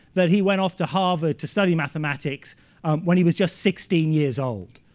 that he went off to harvard to study mathematics when he was just sixteen years old.